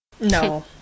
No